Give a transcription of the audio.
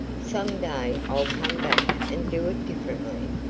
some day i'll come back and do it differently.